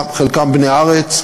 חלקם בני הארץ,